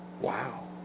Wow